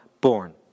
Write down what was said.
born